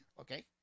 okay